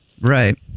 Right